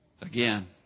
again